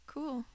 Cool